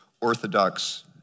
Orthodox